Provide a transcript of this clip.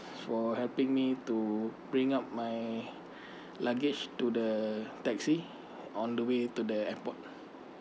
for helping me to bring up my luggage to the taxi on the way to the airport